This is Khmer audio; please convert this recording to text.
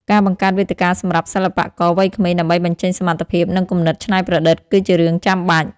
ការបង្កើតវេទិកាសម្រាប់សិល្បករវ័យក្មេងដើម្បីបញ្ចេញសមត្ថភាពនិងគំនិតច្នៃប្រឌិតគឺជារឿងចាំបាច់។